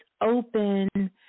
open